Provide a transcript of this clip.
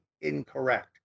incorrect